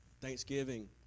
Thanksgiving